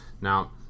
Now